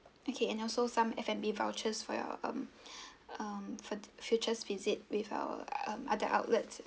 okay and also some F&B vouchers for your um um for futures visit with our um other outlets